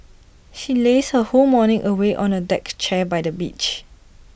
she lazed her whole morning away on A deck chair by the beach